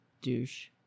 douche